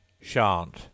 Sha'n't